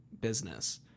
business